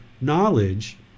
knowledge